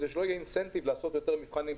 כדי שלא יהיה אינטנסיבי לעשות יותר מבחנים,